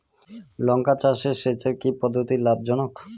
লঙ্কা চাষে সেচের কি পদ্ধতি লাভ জনক?